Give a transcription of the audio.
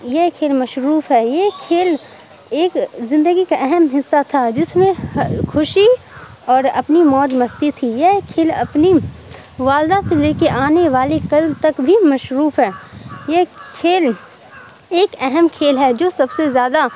یہ کھیل مشروف ہے یہ کھیل ایک زندگی کا اہم حصہ تھا جس میں خوشی اور اپنی موج مستی تھی یہ کھیل اپنی والدہ سے لے کے آنے والے کل تک بھی مشروف ہے یہ کھیل ایک اہم کھیل ہے جو سب سے زیادہ